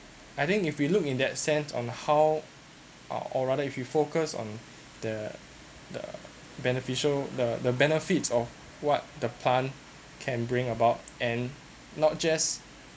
I think if we look in that sense on how uh or rather if you focus on the the beneficial the the benefits of what the plant can bring about and not just